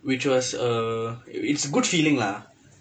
which was uh it's good feeling lah